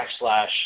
backslash